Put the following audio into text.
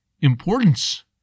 importance